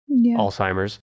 Alzheimer's